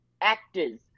actors